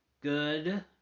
Good